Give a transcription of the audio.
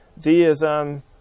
deism